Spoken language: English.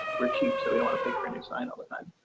we're cheap. so we want to pay printing sign all the time.